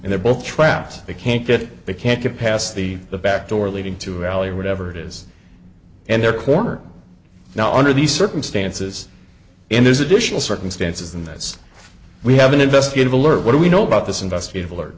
and they're both trapped they can't get they can't get past the the back door leading to alley or whatever it is and they're corner now under these circumstances and there's additional circumstances and that's why we have an investigative alert what do we know about this investigative alert